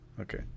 Okay